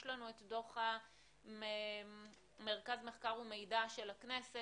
יש לנו את דוח מרכז המחקר והמידע של הכנסת,